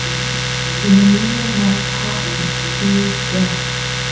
in the middle of my party, and here's death.